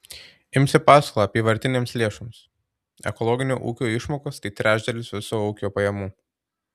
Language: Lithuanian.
imsiu paskolą apyvartinėms lėšoms ekologinio ūkio išmokos tai trečdalis viso ūkio pajamų